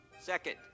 Second